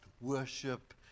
worship